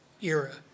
era